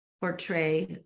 portray